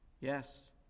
Yes